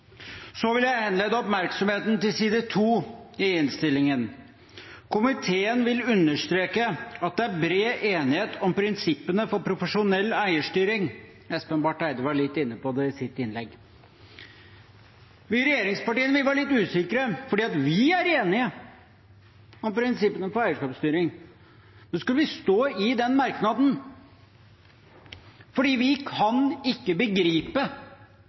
Så vil jeg henlede oppmerksomheten til side 2 i innstillingen: «Komiteen vil understreke at det er bred enighet om prinsippene for profesjonell eierstyring.» Espen Barth Eide var litt inne på det i sitt innlegg. Vi i regjeringspartiene var litt usikre, for vi er enige om prinsippene for eierskapsstyring. Nå skal vi stå i den merknaden, for vi kan ikke begripe